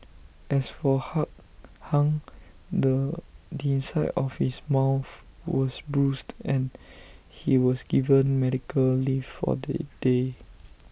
as for hung the inside of his mouth was bruised and he was given medical leave for the day